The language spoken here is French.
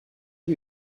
lui